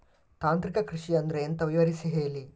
ತಾಂತ್ರಿಕ ಕೃಷಿ ಅಂದ್ರೆ ಎಂತ ವಿವರಿಸಿ ಹೇಳಿ